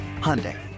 Hyundai